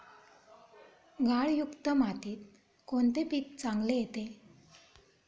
गाळयुक्त मातीत कोणते पीक चांगले येते?